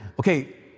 okay